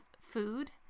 food